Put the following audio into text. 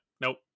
Nope